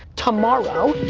tomorrow,